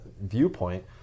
viewpoint